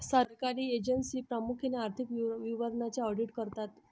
सरकारी एजन्सी प्रामुख्याने आर्थिक विवरणांचे ऑडिट करतात